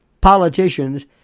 politicians